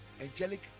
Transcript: angelic